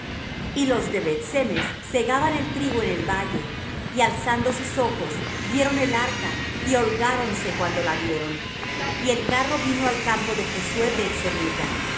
y los de beth-semes segaban el trigo en el valle y alzando sus ojos vieron el arca y holgáronse cuando la vieron y el carro vino al campo de josué